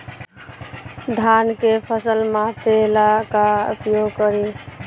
धान के फ़सल मापे ला का उपयोग करी?